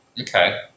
Okay